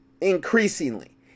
Increasingly